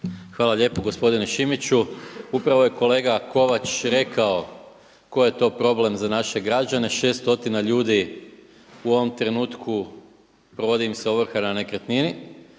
Hvala lijepo gospodine Šimiću. Upravo je kolega Kovač rekao koji je to problem za naše građane, 6 stotina ljudi u ovom trenutku provodi im se ovrha na nekretnini.